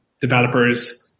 developers